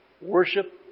worship